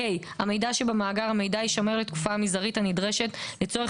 (ה)המידע שבמאגר המידע יישמר לתקופה המזערית הנדרשת לצורך